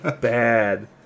bad